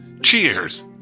Cheers